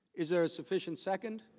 is there a sufficient second?